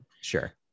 Sure